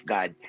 God